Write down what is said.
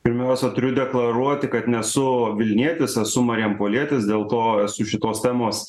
pirmiausia turiu deklaruoti kad nesu vilnietis esu marijampolietis dėl to esu šitos temos